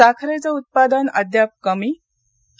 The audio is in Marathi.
साखरेचं उत्पादन अद्याप कमी आणि